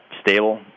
stable